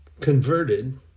converted